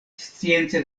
science